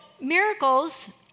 miracles